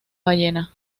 ballena